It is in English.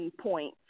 point